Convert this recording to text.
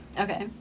Okay